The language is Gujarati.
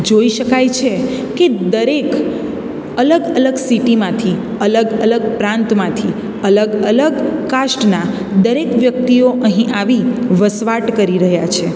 જોઈ શકાય છે કે દરેક અલગ અલગ સિટીમાંથી અલગ અલગ પ્રાંતમાંથી અલગ અલગ કાસ્ટનાં દરેક વ્યક્તિઓ અહીં આવી વસવાટ કરી રહ્યાં છે